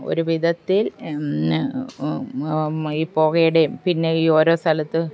ഒരു വിധത്തിൽ ഈ പുകയുടെയും പിന്നെ ഈ ഓരോ സ്ഥലത്ത്